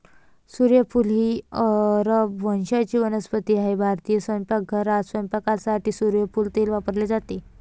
सूर्यफूल ही अरब वंशाची वनस्पती आहे भारतीय स्वयंपाकघरात स्वयंपाकासाठी सूर्यफूल तेल वापरले जाते